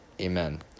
Amen